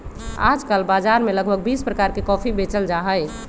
आजकल बाजार में लगभग बीस प्रकार के कॉफी बेचल जाहई